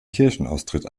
kirchenaustritt